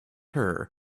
her